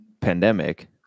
pandemic